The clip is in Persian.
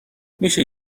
میشه